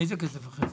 איזה כסף אחר?